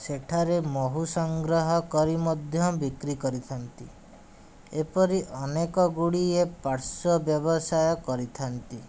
ସେଠାରେ ମହୁ ସଂଗ୍ରହ କରି ମଧ୍ୟ ବିକ୍ରି କରିଥାନ୍ତି ଏପରି ଅନେକଗୁଡ଼ିଏ ପାର୍ଶ୍ୱ ବ୍ୟବସାୟ କରିଥାନ୍ତି